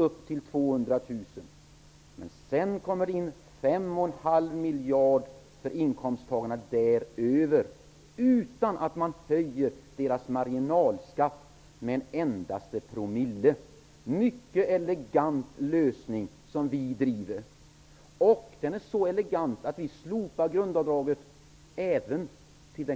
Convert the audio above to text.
Dessutom får man in ca 5,5 miljarder från inkomster däröver, detta utan att marginalskatten höjs med en enda promille. Det är en mycket elegant lösning som vi föreslår. Vi vill slopa grundavdraget för höginkomsttagarna även vid